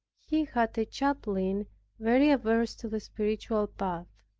he had a chaplain very averse to the spiritual path.